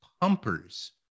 Pumpers